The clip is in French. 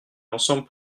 ensemble